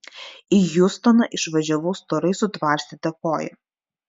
į hjustoną išvažiavau storai sutvarstyta koja